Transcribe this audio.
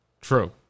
True